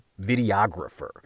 videographer